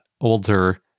older